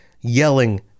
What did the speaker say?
yelling